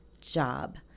job